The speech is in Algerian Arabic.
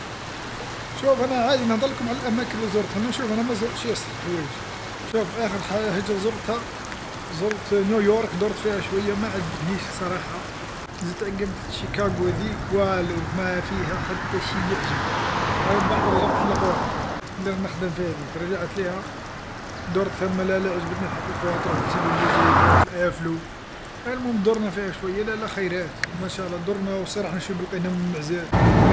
شوف أنا عادي نهدرلكم على الأماكن اللي زرتها، انا شوف أنا ما زرتش ياسر الحوايج، شوف آخر حاجه زرتها، زرت نيويورك درت فيها شويه ما عجبتنيش الصراحه، زدت عقبت لشيكاغو هاذيك والو ما فيها حتى شي يعجب، أيا من بعد رجعت للاغواط، اللي راني نخدم فيها هاذيك، رجعت ليها، درت ثما لا لا عجبتني الحق القواطر رحت لسيدي بوزيد ورحت لآفلو، أيا المهم درنا فيها شويه لا لا خيرات ما شاء الله درنا و معزات.